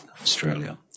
Australia